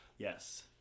Yes